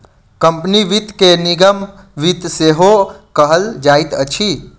company वित्त के निगम वित्त सेहो कहल जाइत अछि